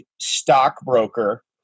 stockbroker